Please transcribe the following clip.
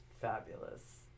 fabulous